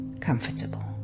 Comfortable